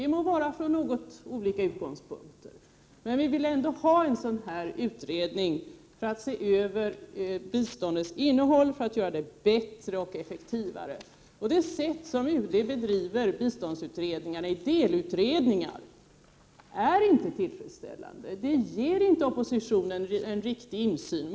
Det må vara från något olika utgångspunkter, men vi vill ändå ha en utredning för att se över biståndets innehåll och göra det bättre och effektivare. Det sätt på vilket UD bedriver biståndsutredningarna i delutredningar är inte tillfredsställande. Det ger inte oppositionen en riktig insyn.